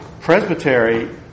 Presbytery